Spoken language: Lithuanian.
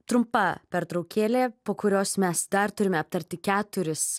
trumpa pertraukėlė po kurios mes dar turime aptarti keturis